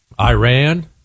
Iran